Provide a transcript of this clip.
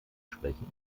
sprechen